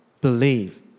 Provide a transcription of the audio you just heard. believe